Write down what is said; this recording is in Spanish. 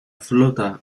flota